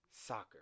Soccer